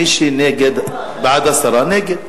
מי שבעד הסרה, נגד.